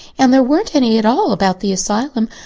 and there weren't any at all about the asylum,